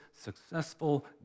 successful